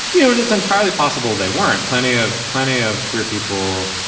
you know, and it's entirely possible they weren't. plenty of plenty of queer people,